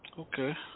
Okay